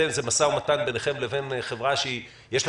זה משא ומתן ביניכם לבין חברה שיש לה